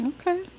Okay